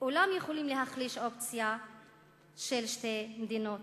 יכולים להחליש את האופציה של שתי מדינות